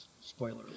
spoiler